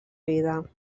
vida